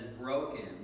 broken